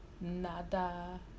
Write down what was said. Nada